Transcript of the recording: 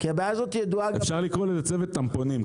כי הבעיה הזאת ידועה --- אפשר לקרוא לצוות טמפונים,